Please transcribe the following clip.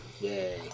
Yay